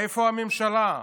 איפה הממשלה?